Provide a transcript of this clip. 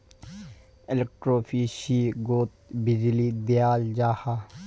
एलेक्ट्रोफिशिंगोत बीजली दियाल जाहा